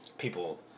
people